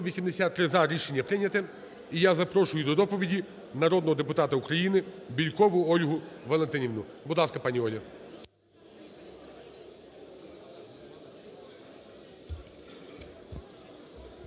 За-183 Рішення прийняте. І я запрошую до доповіді народного депутата УкраїниБєлькову Ольгу Валентинівну. Будь ласка, пані Ольга.